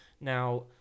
now